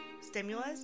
stimulus